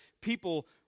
people